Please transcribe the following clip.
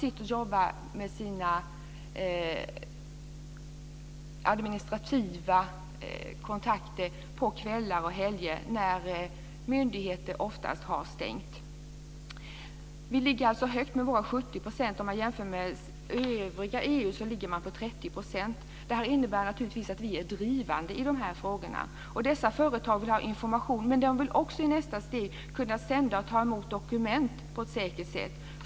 De jobbar med sina administrativa kontakter på kvällar och helger när myndigheter oftast har stängt. Vi i Sverige ligger alltså högt med våra 70 % om man jämför med övriga EU där siffran är 30 %. Detta innebär naturligtvis att vi är drivande i dessa frågor. Och dessa företag vill ha information, men de vill också i nästa steg kunna sända och ta emot dokument på ett säkert sätt.